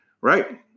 right